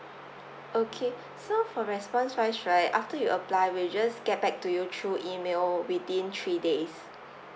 okay so for response wise right after you apply will just get back to you through email within three days